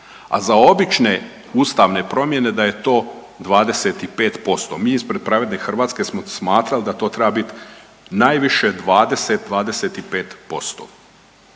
a za obične ustavne promjene da je to 25%. Mi ispred Pravedne Hrvatske smo smatrali da to treba biti najviše 20, 25%.